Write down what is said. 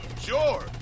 Sure